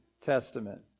Testament